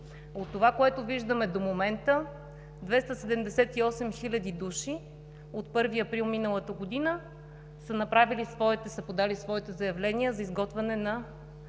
От това, което виждаме до момента, 278 хиляди души от 1 април миналата година са подали своите заявления за изготвяне на